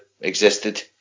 existed